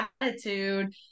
attitude